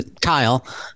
Kyle